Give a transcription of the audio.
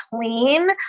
clean